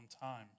time